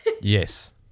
Yes